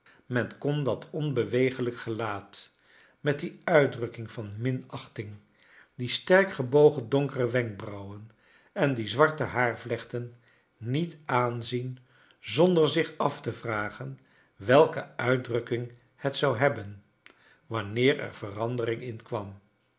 men kon dat onbeweeg lijke gelaat met die uitdrukking van minachting die sterk gebogen donkere wenkbrauwen en die zwarte haarvlechten niet nanzien zonder zich al te vragen welke uitdrukking het zou hebben wanneer er verandering in kwam